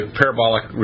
parabolic